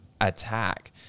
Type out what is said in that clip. attack